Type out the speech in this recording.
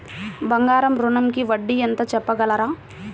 బంగారు ఋణంకి వడ్డీ ఎంతో చెప్పగలరా?